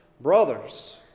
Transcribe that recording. brothers